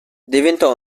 diventò